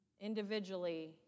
individually